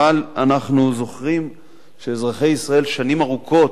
אבל אנחנו זוכרים שאזרחי ישראל שנים ארוכות,